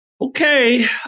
okay